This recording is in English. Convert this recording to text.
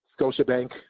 Scotiabank